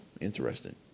interesting